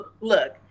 look